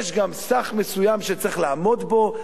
יש גם סך מסוים שצריך לעמוד בו,